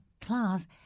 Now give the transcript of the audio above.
class